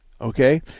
Okay